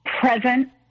present